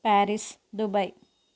Paris Dubai